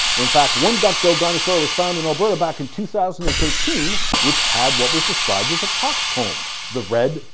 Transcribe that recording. in fact one duck billed dinosaur was found in alberta back in two thousand and thirteen which had what was described as a cock's comb the red,